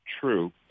true